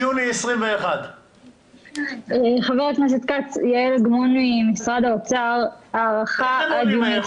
יוני 21'. נציגת האוצר, בבקשה.